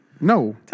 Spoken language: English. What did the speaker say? No